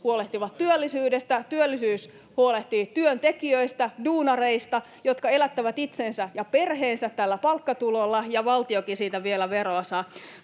huolehtivat työllisyydestä, työllisyys huolehtii työntekijöistä, duunareista, jotka elättävät itsensä ja perheensä tällä palkkatulolla, ja valtiokin siitä vielä veroa saa.